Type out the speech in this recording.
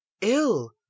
ill